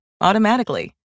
automatically